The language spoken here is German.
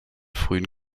frühen